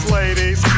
ladies